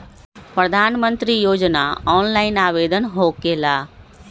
प्रधानमंत्री योजना ऑनलाइन आवेदन होकेला?